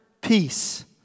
peace